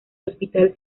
hospital